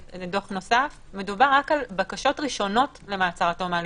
בדוח נוסף מדובר רק על בקשות ראשונות למעצר עד תום הליכים.